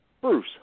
Bruce